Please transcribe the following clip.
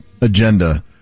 agenda